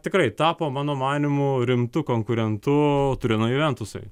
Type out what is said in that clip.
tikrai tapo mano manymu rimtu konkurentu turino juventusui